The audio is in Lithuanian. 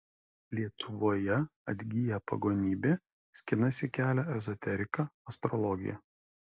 lietuvoje atgyja pagonybė skinasi kelią ezoterika astrologija